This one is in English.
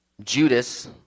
Judas